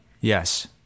Yes